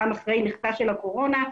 גם אחרי לכתה של הקורונה,